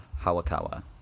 Hawakawa